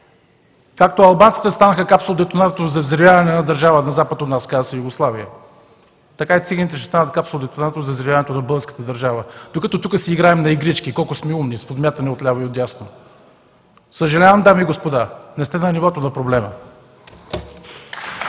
Както албанците станаха капсул-детонатор за взривяване на една държава на запад от нас, казва се Югославия, така и циганите ще станат капсул-детонатор за взривяването на българската държава, докато тук си играем на игрички, колко сме умни и си подмятаме от ляво и от дясно. Съжалявам, дами и господа, не сте на нивото на проблема.